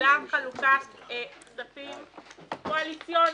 בגלל חלוקת כספים קואליציוניים.